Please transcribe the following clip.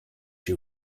you